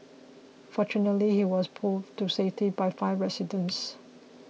fortunately he was pulled to safety by five residents